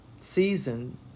season